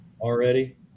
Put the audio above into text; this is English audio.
already